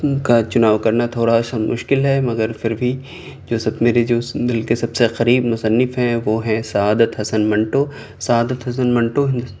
کا چناؤ کرنا تھوڑا سا مشکل ہے مگر پھر بھی جو سب میرے جو دل کے قریب مصنف ہیں وہ ہیں سعادت حسن منٹو سعادت حسن منٹو ہی